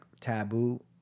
taboo